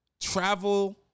travel